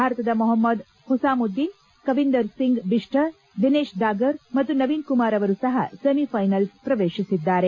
ಭಾರತದ ಮೊಹಮದ್ ಹುಸಾಮುದ್ದೀನ್ ಕವಿಂದರ್ ಸಿಂಗ್ ಬಿಶ್ಟ್ ದಿನೇಶ್ ದಾಗರ್ ಮತ್ತು ನವೀನ್ ಕುಮಾರ್ ಅವರು ಸಹ ಸೆಮಿಫೈನಲ್ಸ್ ಪ್ರವೇಶಿಸಿದ್ದಾರೆ